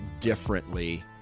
differently